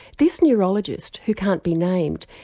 this neurologist, who can't be named,